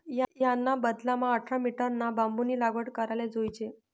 याना बदलामा आठरा मीटरना बांबूनी लागवड कराले जोयजे